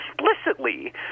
explicitly